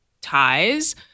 ties